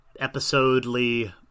episodely